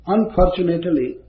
Unfortunately